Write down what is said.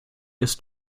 ist